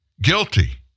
guilty